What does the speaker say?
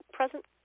present